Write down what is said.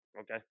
okay